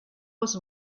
was